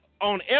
on